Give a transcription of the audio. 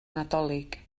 nadolig